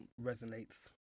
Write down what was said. resonates